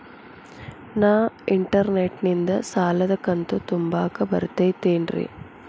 ನಾ ಇಂಟರ್ನೆಟ್ ನಿಂದ ಸಾಲದ ಕಂತು ತುಂಬಾಕ್ ಬರತೈತೇನ್ರೇ?